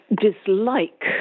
dislike